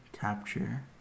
capture